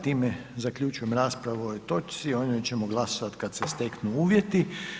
Time zaključujem raspravu o ovoj točci, o njoj ćemo glasovati kad se steknu uvjeti.